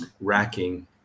racking